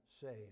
saved